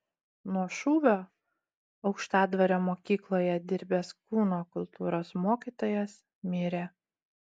nuo šūvio aukštadvario mokykloje dirbęs kūno kultūros mokytojas mirė